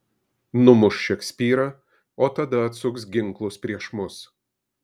numuš šekspyrą o tada atsuks ginklus prieš mus